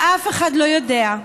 ואף אחד לא יודע.